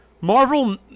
Marvel